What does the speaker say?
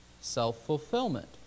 self-fulfillment